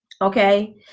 okay